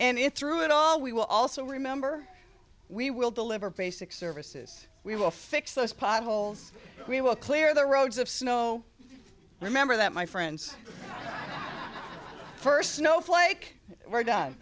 and in through it all we will also remember we will deliver basic services we will fix those potholes we will clear the roads of snow remember that my friends first snowflake were